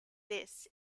this